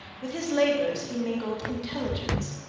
with his labours he mingled intelligence.